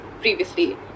previously